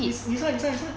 yes 你算你算你算